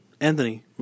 Anthony